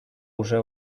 уже